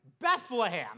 Bethlehem